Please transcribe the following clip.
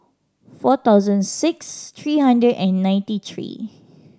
forty thousand six three hundred and ninety three